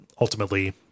ultimately